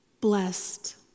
Blessed